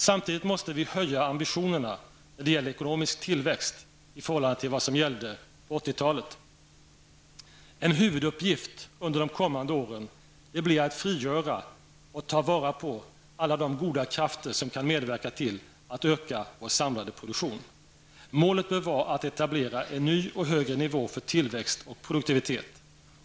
Samtidigt måste vi höja ambitionerna när det gäller ekonomisk tillväxt i förhållande till vad som gällde under 1980-talet. En huvuduppgift under de kommande åren blir att frigöra och ta till vara alla goda krafter som kan medverka till att öka vår samlade produktion. Målet bör var att etablera en ny och högre nivå för tillväxt och produktivitet.